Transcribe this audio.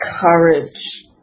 courage